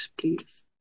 please